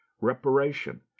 Reparation